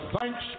thanks